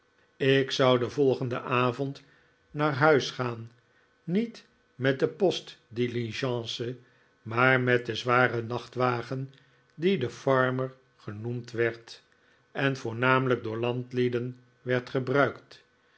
ik zou den volgenden avond naar huis gaan niet met de postdiligence maar met den zwaren nachtwagen die de farmer genoemd werd en voornamelijk door landlieden werd gebruikt